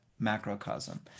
macrocosm